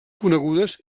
conegudes